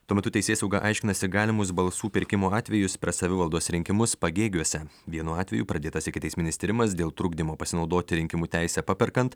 tuo metu teisėsauga aiškinasi galimus balsų pirkimo atvejus per savivaldos rinkimus pagėgiuose vienu atveju pradėtas ikiteisminis tyrimas dėl trukdymo pasinaudoti rinkimų teise paperkant